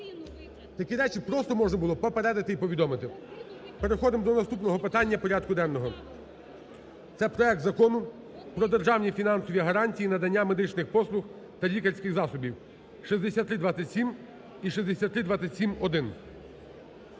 Такі речі просто можна було попередити і повідомити. Переходимо до наступного питання порядку денного. Це проект Закону про державні фінансові гарантії надання медичних послуг та лікарських засобів, 6327 і 6327-1.